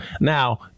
Now